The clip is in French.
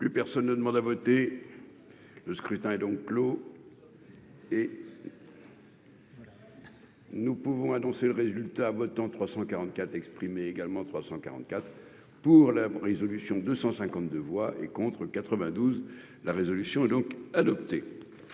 Plus personne ne demande à voter. Le scrutin est donc clos. Et. Voilà. Nous pouvons annoncer le résultat votants 344 exprimé également 344 pour la résolution 252 voix et contre 92 la résolution donc adopté.